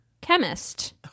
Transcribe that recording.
chemist